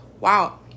wow